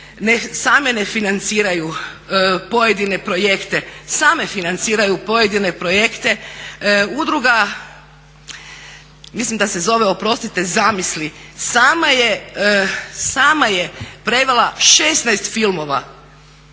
same ne financiraju pojedine projekte. Same financiraju pojedine projekte. Mislim da se zove oprostite zamisli sama je prevela 16 filmova.